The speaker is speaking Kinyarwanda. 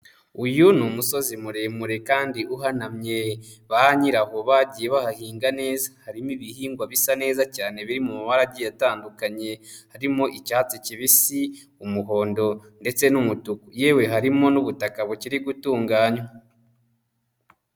Uyu ni umusozi muremure kandi uhanamye banyiraho bagiye bahahinga neza, harimo ibihingwa bisa neza cyane biri mu mabara agiye atandukanye harimo icyatsi kibisi, umuhondo ndetse n'umutuku yewe harimo n'ubutaka bukiri gutunganywa.